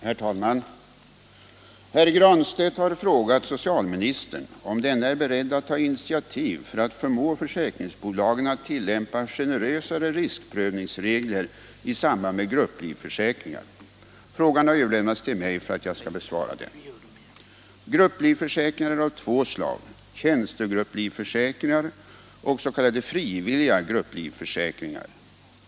Herr talman! Herr Granstedt har frågat socialministern om denne är beredd att ta initiativ för att förmå försäkringsbolagen att tillämpa generösare riskprövningsregler i samband med grupplivförsäkringar. Frågan har överlämnats till mig för att jag skall besvara den. Grupplivförsäkringar är av två slag, tjänstegrupplivförsäkringar och s.k. frivilliga grupplivförsäkringar.